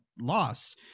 loss